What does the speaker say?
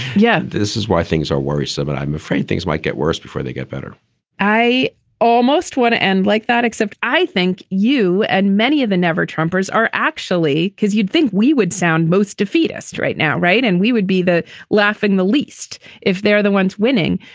yeah. this is why things are worrisome. but i'm afraid things might get worse before they get better i almost want to end like that, except i think you and many of the never tremors are actually cause you'd think we would sound most defeatist right now, right? and we would be the laughing the least if they're the ones winning.